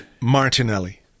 Martinelli